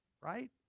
right